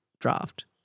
draft